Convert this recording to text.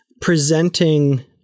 presenting